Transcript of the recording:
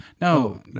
no